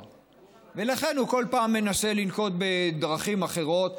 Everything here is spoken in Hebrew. ברצועה, ולכן הוא כל פעם מנסה לנקוט דרכים אחרות.